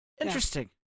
Interesting